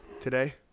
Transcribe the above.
today